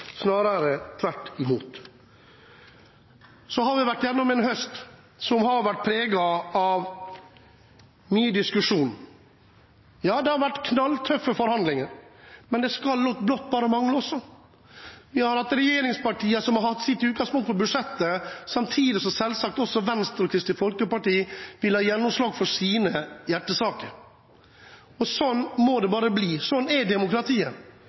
snarere tvert imot. Vi har vært igjennom en høst som har vært preget av mye diskusjon. Ja, det har vært knalltøffe forhandlinger. Men det skulle bare mangle. Regjeringspartiene hadde sitt utgangspunkt i budsjettet, samtidig som selvsagt også Venstre og Kristelig Folkeparti ville ha gjennomslag for sine hjertesaker. Slik må det bare være. Slik er demokratiet.